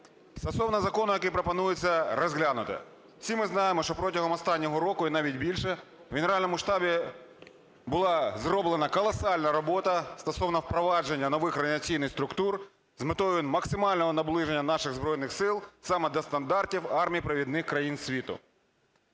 Стосовно закону, який пропонується розглянути. Всі ми знаємо, що протягом останнього року і навіть більше в Генеральному штабі була зроблена колосальна робота стосовно впровадження нових реорганізаційних структур з метою максимального наближення наших Збройних Сил саме до стандартів армій провідних країн світу.